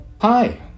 Hi